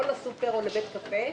לא לסופרמרקט או לבית קפה,